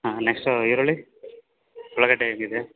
ಹಾಂ ನೆಕ್ಸ್ಟು ಈರುಳ್ಳಿ ಉಳ್ಳಾಗಡ್ಡೆ ಹೇಗಿದೆ